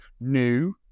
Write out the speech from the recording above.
new